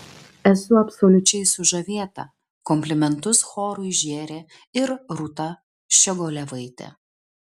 esu absoliučiai sužavėta komplimentus chorui žėrė ir rūta ščiogolevaitė